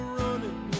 running